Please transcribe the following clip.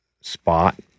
spot